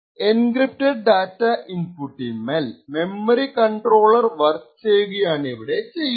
encrypted data ഇൻപുട്ടിൻമേൽ memory controller work ചെയ്യുകയാണിവിടെ ചെയ്യുന്നത്